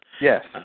Yes